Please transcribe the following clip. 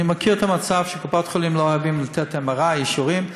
אני מכיר את המצב שבקופת-חולים לא אוהבים לתת אישורים ל-MRI,